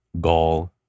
gall